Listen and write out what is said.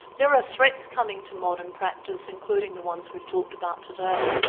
there are threats coming to modern practice including the ones we've talked about today,